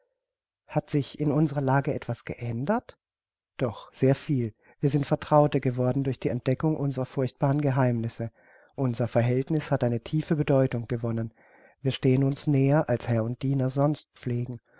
hat sich in unserer lage etwas geändert doch sehr viel wir sind vertraute geworden durch entdeckung unserer furchtbaren geheimnisse unser verhältniß hat eine tiefe bedeutung gewonnen wir stehen uns näher als herr und diener sonst pflegen